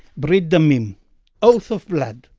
brit damim oath of blood.